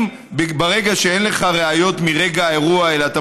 הרי ברגע שאין לך ראיות מרגע האירוע אלא אתה